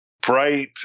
bright